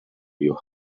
your